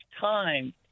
time